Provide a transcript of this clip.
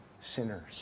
sinners